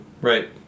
Right